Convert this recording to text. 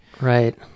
Right